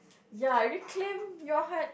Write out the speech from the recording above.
ya reclaim your heart